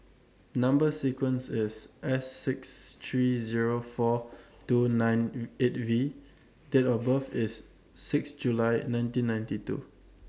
Number sequence IS S six three Zero four two nine eight V Date of birth IS six July nineteen ninety two